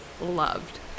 loved